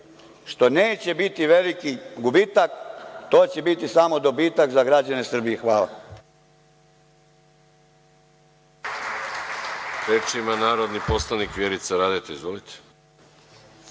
što neće biti veliki gubitak. To će biti samo dobitak za građane Srbije. Hvala.